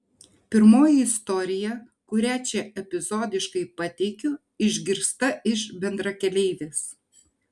pirmoji istorija kurią čia epizodiškai pateikiu išgirsta iš bendrakeleivės